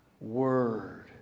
word